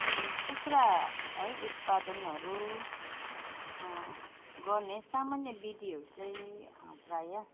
कुखुरा है उत्पादनहरू गर्ने सामान्य विधिहरू चाहिँ प्रायः